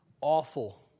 awful